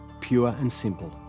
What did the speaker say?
pure and simple.